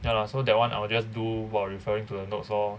ya lah so that one I will just do while referring to the notes lor